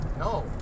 No